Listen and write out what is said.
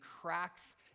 cracks